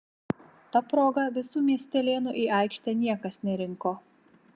ta proga visų miestelėnų į aikštę niekas nerinko